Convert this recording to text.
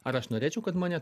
ar aš norėčiau kad mane